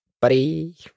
buddy